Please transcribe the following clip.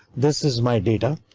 this is my data.